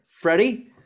Freddie